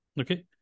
okay